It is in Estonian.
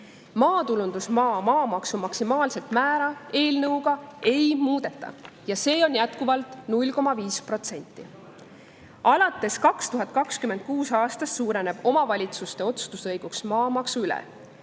Maatulundusmaa maamaksu maksimaalset määra eelnõuga ei muudeta ja see on jätkuvalt 0,5%.Alates 2026. aastast suureneb omavalitsuste õigus maamaksu üle